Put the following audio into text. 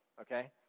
okay